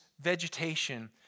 vegetation